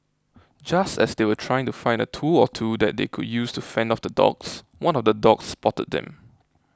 just as they were trying to find a tool or two that they could use to fend off the dogs one of the dogs spotted them